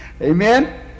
Amen